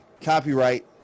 Copyright